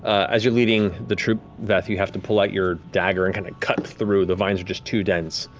as you're leading the troop, veth, you have to pull out your dagger and kind of cut through. the vines are just too dense.